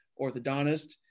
orthodontist